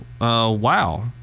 WoW